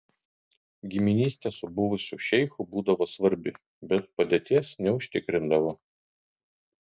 giminystė su buvusiu šeichu būdavo svarbi bet padėties neužtikrindavo